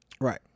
Right